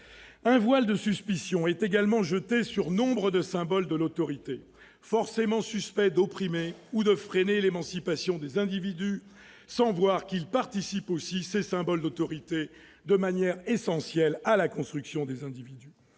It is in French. Un voile de suspicion est également jeté sur nombre de symboles de l'autorité, forcément suspectés d'opprimer ou de freiner l'émancipation des individus, et dont on ne voit pas qu'ils participent aussi, de manière essentielle, à la construction de ces